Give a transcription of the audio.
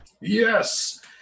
Yes